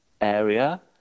area